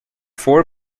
four